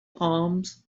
palms